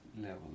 level